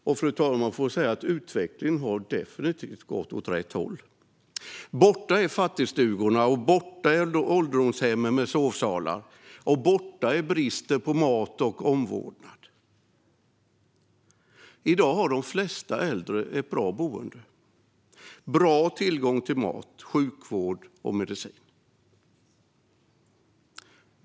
Man får säga, fru talman, att utvecklingen definitivt har gått åt rätt håll. Borta är fattigstugorna, borta är ålderdomshemmen med sovsalar och borta är bristen på mat och omvårdnad. I dag har de flesta äldre ett bra boende och bra tillgång till mat, sjukvård och medicin.